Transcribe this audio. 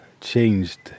changed